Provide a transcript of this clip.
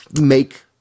make –